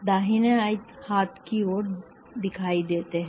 दाहिने हाथ की ओर दिखाई देते हैं